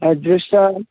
অ্যাড্রেসটা